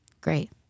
Great